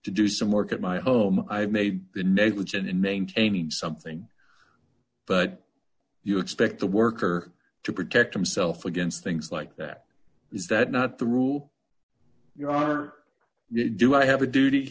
to do some work at my home i made the negligent in maintaining something but you expect the worker to protect himself against things like that is that not the rule your honor do i have a duty